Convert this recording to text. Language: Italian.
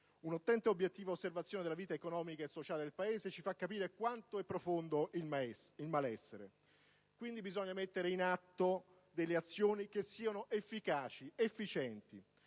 Un'attenta e obiettiva osservazione della vita economica e sociale del Paese ci fa capire quanto profondo è il malessere. Quindi, bisogna mettere in atto azioni efficaci ed efficienti.